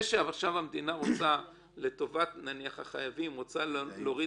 עכשיו המדינה לטובת החייבים רוצה להוריד